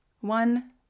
one